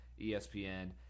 ESPN